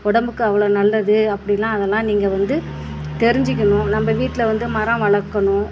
உடம்புக்கு அவ்வளோ நல்லது அப்படிலாம் அதெல்லாம் நீங்கள் வந்து தெரிஞ்சுக்கணும் நம்ம வீட்டில் வந்து மரம் வளர்க்கணும்